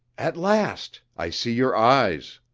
at last! i see your eyes.